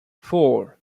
four